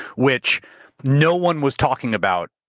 which no one was talking about.